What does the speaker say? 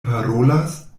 parolas